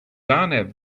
arnav